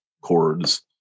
chords